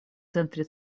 центре